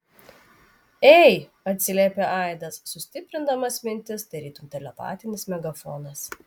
ei atsiliepė aidas sustiprindamas mintis tarytum telepatinis megafonas